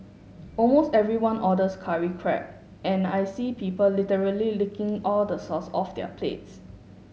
almost everyone orders curry crab and I see people literally licking all the sauce off their plates